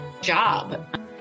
job